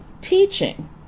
teaching